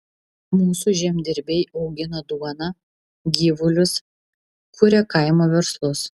mūsų žemdirbiai augina duoną gyvulius kuria kaimo verslus